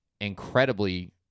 incredibly